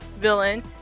villain